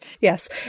Yes